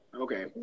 Okay